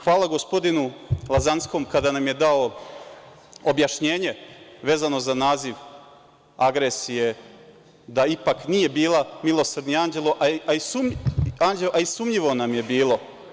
Hvala gospodinu Lazanskom kada nam je dao objašnjenje vezano za naziv agresije, da ipak nije bila „Milosrdni anđeo“, a i sumnjivo nam je bilo.